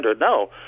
No